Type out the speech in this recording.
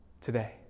today